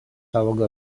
auga